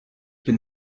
bin